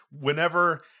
whenever